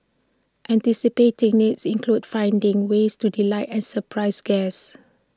anticipating needs includes finding ways to delight and surprise guests